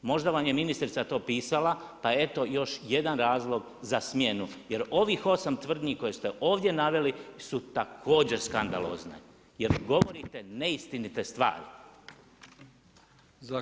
Možda vam je ministrica to pisala, pa eto, još jedan razlog za smjenu, jer ovih 8 tvrdnji koje ste ovdje naveli su također skandalozne, jer govorite neistinite stvari.